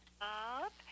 up